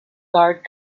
guard